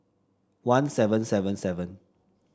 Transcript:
one seven seven seven